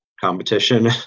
competition